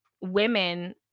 women